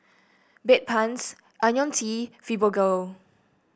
Bedpans IoniL T Fibogel